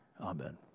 Amen